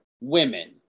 women